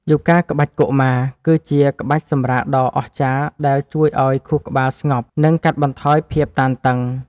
យូហ្គាក្បាច់កុមារ គឺជាក្បាច់សម្រាកដ៏អស្ចារ្យដែលជួយឱ្យខួរក្បាលស្ងប់ និងកាត់បន្ថយភាពតានតឹង។